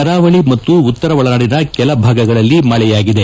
ಕರಾವಳಿ ಮತ್ತು ಉತ್ತರ ಒಳನಾಡಿನ ಕೆಲ ಭಾಗಗಳಲ್ಲಿ ಮಳೆಯಾಗಿದೆ